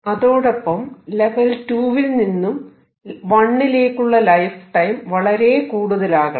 അതോടൊപ്പം ലെവൽ 2 വിൽ നിന്നും 1 ലേക്കുള്ള ലൈഫ് ടൈം വളരെ കൂടുതലാകണം